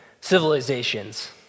civilizations